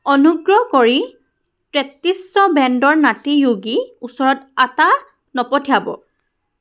অনুগ্ৰহ কৰি টেষ্টীছ ব্ৰেণ্ডৰ নাটী য়োগী ওচৰত আটা নপঠিয়াব